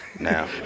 now